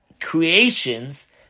creations